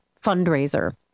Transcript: fundraiser